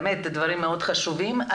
באמת דברים מאוד חשובים.